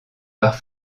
pare